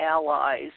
allies